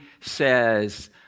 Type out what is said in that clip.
says